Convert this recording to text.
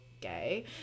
gay